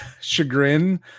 chagrin